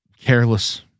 careless